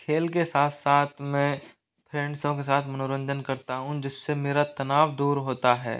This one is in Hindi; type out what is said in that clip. खेल के साथ साथ मैं फ्रेंडसों के साथ मनोरंजन करता हूँ जिससे मेरा तनाव दूर होता है